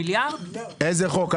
דובר על